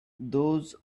those